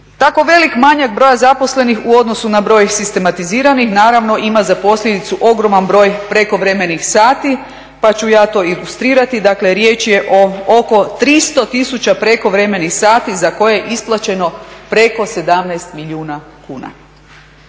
Tako velik manjak broja zaposlenih u odnosu na broj sistematiziranih naravno ima za posljedicu ogroman broj prekovremenih sati, pa ću ja to ilustrirati. Dakle, riječ je o oko 300 tisuća prekovremenih sati za koje je isplaćeno preko 17 milijuna kuna.